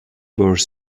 were